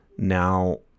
Now